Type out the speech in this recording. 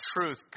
truth